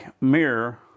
mirror